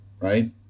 right